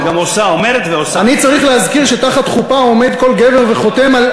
אני צריך להיות זה שמזכיר לכם את הביקור כאן של הגברת עדינה בר-שלום,